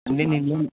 ఉంది నేను